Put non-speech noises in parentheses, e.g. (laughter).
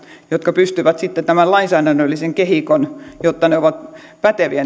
jotka pystyvät sitten tämän lainsäädännöllisen kehikon tekemään jotta ne sopimukset ovat päteviä (unintelligible)